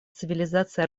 цивилизаций